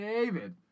David